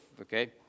okay